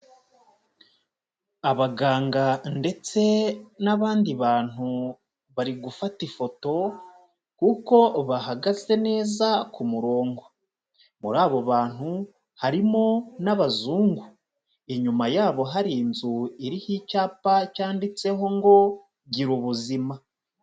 Abaganga ndetse n'abandi bantu bari gufata ifoto kuko bahagaze neza ku murongo, muri abo bantu harimo n'abazungu, inyuma yabo hari inzu iriho icyapa cyanditseho ngo gira ubuzima.